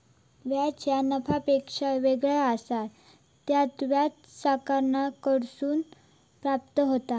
व्याज ह्या नफ्यापेक्षा वेगळा असता, त्यात व्याज सावकाराकडसून प्राप्त होता